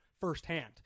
firsthand